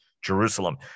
Jerusalem